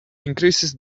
increases